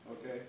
okay